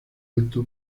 alto